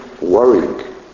worrying